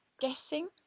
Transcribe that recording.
guessing